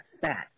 fat